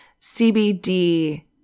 CBD